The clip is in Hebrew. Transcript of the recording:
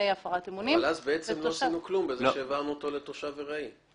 אז לא עשינו כלום בזה שהעברנו אותו לתושב ארעי.